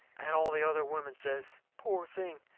and all the other women says poor thing!